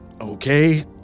okay